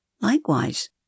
Likewise